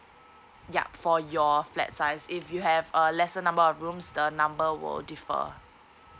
yup for your flat size if you have err lesser number of rooms the number will differ